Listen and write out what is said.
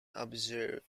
observed